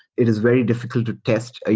it is very diffi cult to test. ah